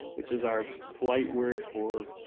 which is our polite word for,